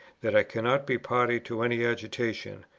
that i cannot be party to any agitation,